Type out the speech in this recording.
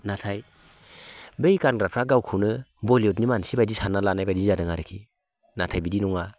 नाथाय बै गानग्राफ्रा गावखौनो बलिवुदनि मानसि बायदि सानना लानाय जादों आरोखि नाथाय बिदि नङा